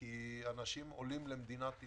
כי אנשים עולים למדינת ישראל,